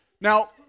Now